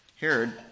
Herod